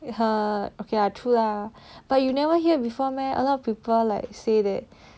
err okay lah true lah but you never hear before meh a lot of people like say that